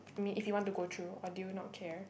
me if you want to go through or do you not care